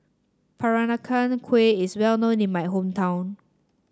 Peranakan Kueh is well known in my hometown